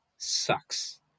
Sucks